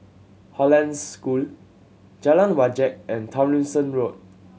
Hollandse School Jalan Wajek and Tomlinson Road